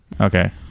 Okay